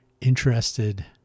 interested